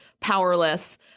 powerless